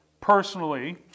personally